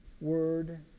word